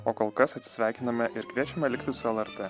o kol kas satsisveikiname ir kviečiame likti su lrt